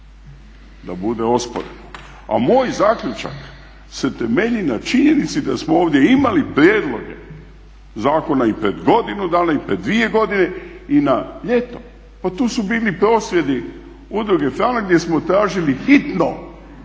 da bude osporeno. A moj zaključak se temelji na činjenici da smo ovdje imali prijedloge zakona i pred godinu dana i pred 2 godine i na ljeto. Pa tu su bili prosvjedi Udruge Franak gdje smo tražili hitno rješavanje